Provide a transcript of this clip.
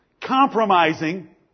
compromising